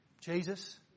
Jesus